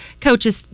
coaches